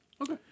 okay